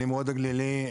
נמרוד הגלילי,